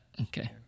okay